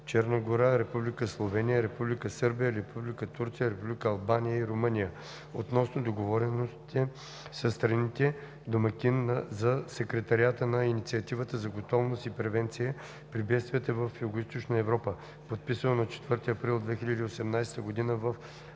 Черна гора, Република Словения, Република Сърбия, Република Турция, Република Албания и Румъния), относно договореностите със страната домакин за Секретариата на Инициативата за готовност и превенция при бедствия в Югоизточна Европа, подписано на 4 април 2018 г. в Анкара,